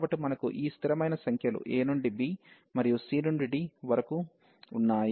కాబట్టి మనకు ఈ స్థిరమైన సంఖ్యలు a నుండి b మరియు c నుండి d వరకు కూడా ఉన్నాయి